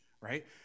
right